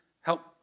help